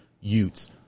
Utes